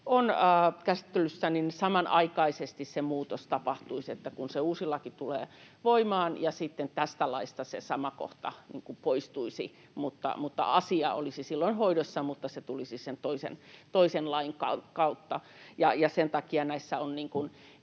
on käsittelyssä, niin se muutos tapahtuisi samanaikaisesti: kun se uusi laki tulee voimaan, niin sitten tästä laista se sama kohta poistuisi. Asia olisi silloin hoidossa, mutta se tulisi sen toisen lain kautta. Ja sen takia näissä